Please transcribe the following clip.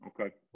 okay